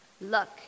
Look